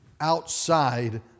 outside